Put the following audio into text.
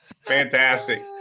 Fantastic